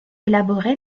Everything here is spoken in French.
élaboré